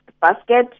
basket